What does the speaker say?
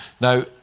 Now